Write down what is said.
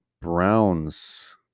Browns